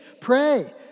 pray